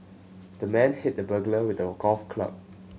the man hit the burglar with a golf club